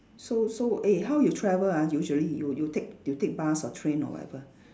so so eh how you travel ah usually you you take you take bus or train or whatever